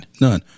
none